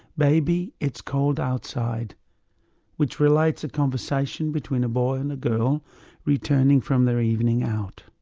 baby, it's cold outside which relates a conversation between a boy and girl returning from their evening out.